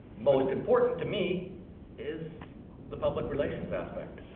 most important to me is the public relations aspect.